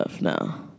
now